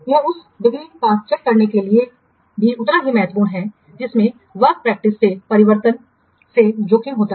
यह उस डिग्री का चेक करने के लिए भी उतना ही महत्वपूर्ण है जिसमें वर्क प्रैक्टिस में परिवर्तन से जोखिम होता है